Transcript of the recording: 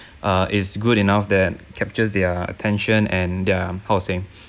uh is good enough that captures their attention and their how to say